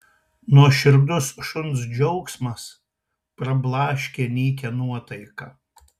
nuoširdus šuns džiaugsmas prablaškė nykią nuotaiką